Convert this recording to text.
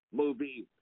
movie